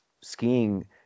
skiing